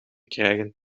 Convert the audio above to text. krijgen